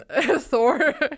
Thor